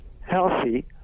healthy